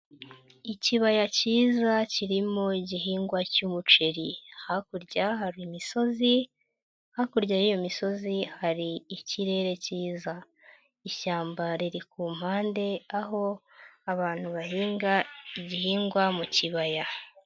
Ikibaya kiza kirimo igihingwa cy'umuceri. Hakurya hari imisozi, hakurya y'iyo misozi hari ikirere kiza. Ishyamba riri ku mpande, aho abantu bahinga, igihingwa mu kibaya.